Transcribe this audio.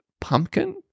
pumpkin-